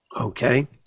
Okay